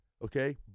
Okay